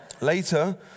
Later